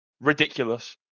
ridiculous